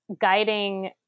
guiding